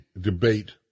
debate